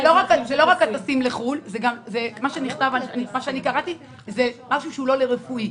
זה לא רק הטסים לחו"ל אלא גם למשהו שהוא לא רפואי,